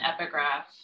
epigraph